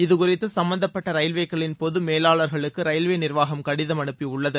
இது குறித்து சம்பந்தப்பட்ட ரயில்வேக்களின் பொது மேலாளர்களுக்கு ரயில்வே நிர்வாகம் கடிதம அனுப்பியுள்ளது